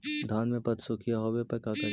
धान मे पत्सुखीया होबे पर का करि?